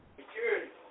Security